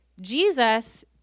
Jesus